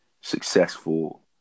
successful